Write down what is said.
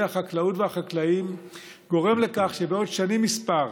החקלאות והחקלאים גורם לכך שבעוד שנים מספר,